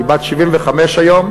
היא בת 75 היום.